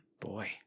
Boy